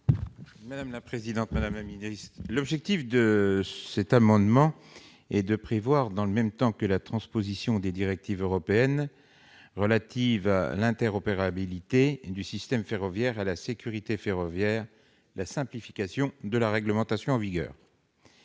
parole est à M. Jean-François Longeot. L'objectif de cet amendement est de prévoir, dans le même temps que la transposition des directives européennes relatives à l'interopérabilité du système ferroviaire et à la sécurité ferroviaire, la simplification de la réglementation en vigueur.